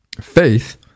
Faith